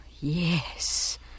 Yes